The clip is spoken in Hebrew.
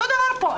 אותו דבר פה.